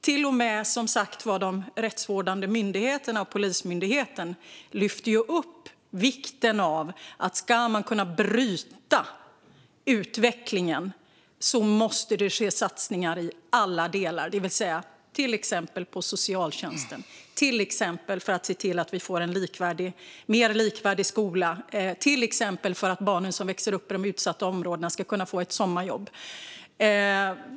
Till och med de rättsvårdande myndigheterna och Polismyndigheten säger som sagt att om man ska kunna bryta utvecklingen måste det ske satsningar i alla delar - till exempel på socialtjänsten, till exempel för att se till att vi får en mer likvärdig skola, till exempel för att barnen som växer upp i de utsatta områdena ska kunna få ett sommarjobb.